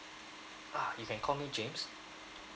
ah you can call me james